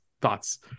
thoughts